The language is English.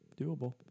Doable